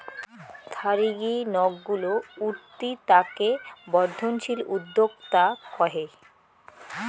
থারিগী নক গুলো উঠতি তাকে বর্ধনশীল উদ্যোক্তা কহে